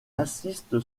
assiste